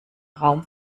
raum